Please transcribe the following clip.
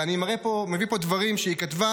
אני מביא פה דברים שהיא כתבה,